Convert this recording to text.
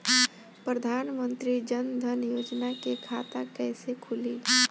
प्रधान मंत्री जनधन योजना के खाता कैसे खुली?